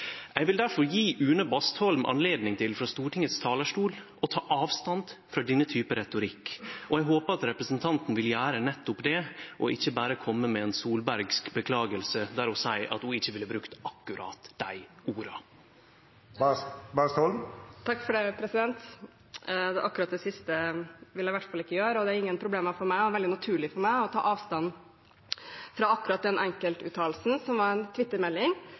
Eg vil difor gje Une Bastholm anledning til, frå Stortingets talarstol, å ta avstand frå denne typen retorikk, og eg håpar at representanten vil gjere nettopp det og ikkje berre kome med ei solbergsk beklaging der ho seier at ho ikkje ville ha brukt akkurat dei orda. Akkurat det siste vil jeg i hvert fall ikke gjøre, og jeg har ingen problemer med – det er veldig naturlig for meg – å ta avstand fra akkurat den enkeltuttalelsen, som var